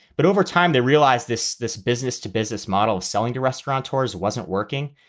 but over time, they realized this this business to business model selling to restaurant tours wasn't working.